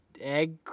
egg